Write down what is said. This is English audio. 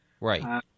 Right